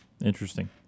Interesting